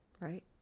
Right